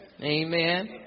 Amen